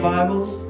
Bibles